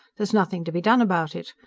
there is nothing to be done about it.